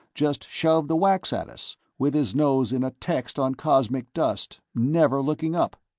just shove the wax at us, with his nose in a text on cosmic dust, never looking up.